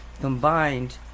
combined